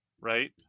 right